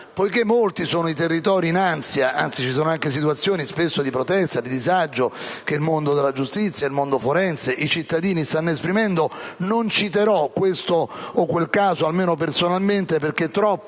Poiché molti sono i territori in ansia e, anzi, ci sono spesso situazioni di protesta e di disagio che il mondo della giustizia, il mondo forense ed i cittadini stanno esprimendo, non citerò questo o quel caso, almeno personalmente, perché troppi